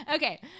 okay